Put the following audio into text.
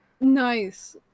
nice